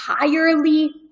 entirely